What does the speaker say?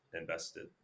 invested